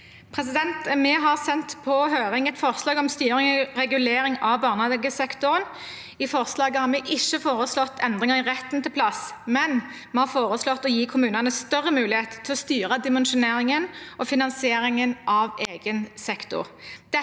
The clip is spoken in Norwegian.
Vi har sendt på høring et forslag om styring og regulering av barnehagesektoren. I forslaget har vi ikke foreslått endringer i retten til plass, men vi har foreslått å gi kommunene større mulighet til å styre dimensjoneringen og finansieringen av egen sektor.